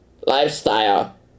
lifestyle